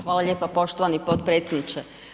Hvala lijepa poštovani potpredsjedniče.